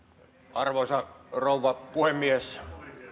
arvoisa rouva puhemies